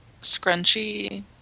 scrunchy